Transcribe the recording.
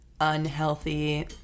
unhealthy